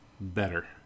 better